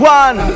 one